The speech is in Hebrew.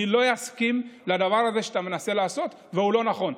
אני לא אסכים לדבר הזה שאתה מנסה לעשות והוא לא נכון.